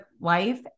life